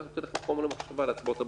אני רק נותן לכם חומר למחשבה להצבעות הבאות.